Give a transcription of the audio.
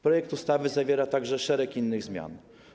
Projekt ustawy zawiera także szereg innych zmian.